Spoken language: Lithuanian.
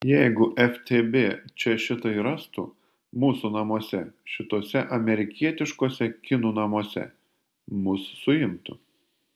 jeigu ftb čia šitai rastų mūsų namuose šituose amerikietiškuose kinų namuose mus suimtų